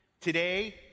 Today